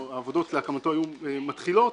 או עבודות להקמתו העבודות היו מתחילות,